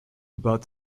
about